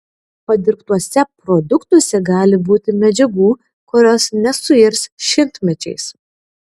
padirbtuose produktuose gali būti medžiagų kurios nesuirs šimtmečiais